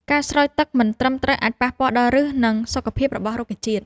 ការស្រោចទឹកមិនត្រឹមត្រូវអាចប៉ះពាល់ដល់ឫស និងសុខភាពរបស់រុក្ខជាតិ។